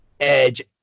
Edge